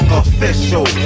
official